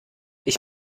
ich